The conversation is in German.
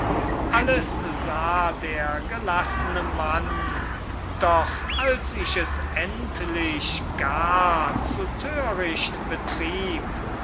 alles sah der gelassene mann doch als ich es endlich gar zu töricht betrieb